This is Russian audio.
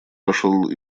вошел